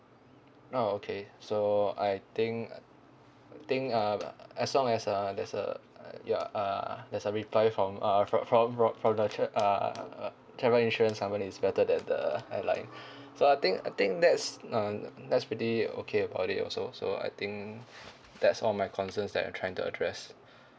oh okay so I think uh think uh as long as uh there's a uh ya uh there's a reply from uh from from ro~ from the tra~ uh travel insurance I mean it's better than the airline so I think I think that's uh that's pretty okay about it also so I think that's all my concerns that I'm trying to address